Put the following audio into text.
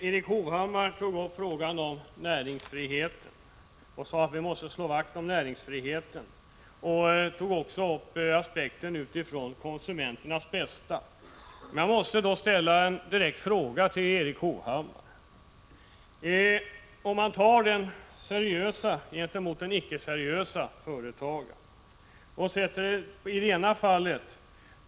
Erik Hovhammar sade att vi måste slå vakt om näringsfriheten 85 och tog också upp aspekten vad som är konsumenternas bästa. Jag måste då ställa en direkt fråga till Erik Hovhammar. Vi kan ställa den seriöse företagaren mot den icke-seriöse.